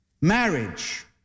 marriage